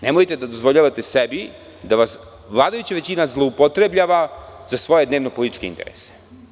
Nemojte da dozvoljavate sebi da vas vladajuća većina zloupotrebljava za svoje dnevno – političke interese.